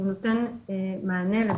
אני תוהה אם היא עצמה ממועצת התלמידים.